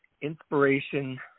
inspiration